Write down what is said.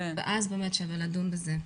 ואז באמת שווה לדון בזה.